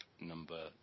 number